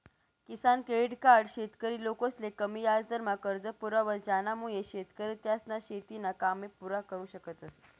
किसान credit card शेतकरी लोकसले कमी याजदरमा कर्ज पुरावस ज्यानामुये शेतकरी त्यासना शेतीना कामे पुरा करु शकतस